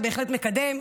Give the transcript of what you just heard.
שבהחלט מקדם,